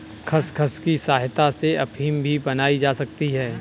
खसखस की सहायता से अफीम भी बनाई जा सकती है